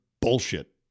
bullshit